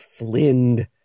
flind